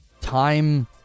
Time